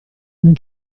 non